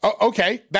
okay